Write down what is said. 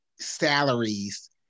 salaries